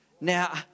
Now